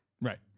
Right